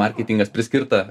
marketingas priskirta